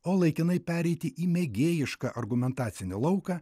o laikinai pereiti į mėgėjišką argumentacinį lauką